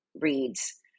reads